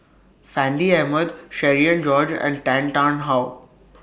Fandi Ahmad Cherian George and Tan Tarn How